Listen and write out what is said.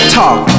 talk